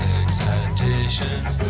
excitations